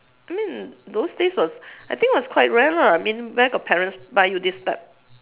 I mean those days was I think was quite rare lah I mean where got parents buy you this type